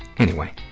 anyway,